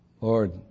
Lord